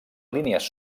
línies